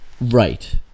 Right